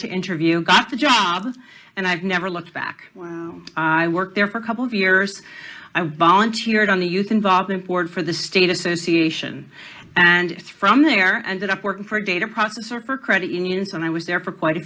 to interview got the job and i've never looked back i worked there for a couple of years i volunteered on the youth involvement board for the state association and from there and up work for a data processor for credit unions and i was there for quite a